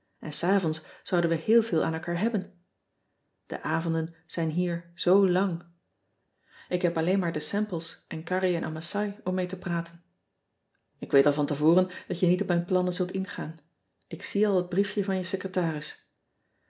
en s avonds zouden we heel veel aan elkaar hebben e avonden zijn hier zoo lang k heb alleen maar de emples en arrie en masai om mee te praten k weet al van te voren dat je niet op mijn plannen zult ingaan k zie al het briefje van je secretaris